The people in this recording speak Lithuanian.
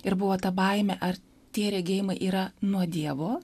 ir buvo ta baimė ar tie regėjimai yra nuo dievo